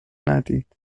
ندید